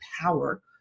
power